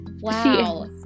wow